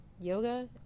yoga